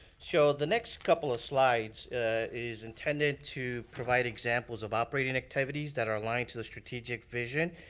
so, the next couple of slides is intended to provide examples of operating activities that are aligned to the strategic vision.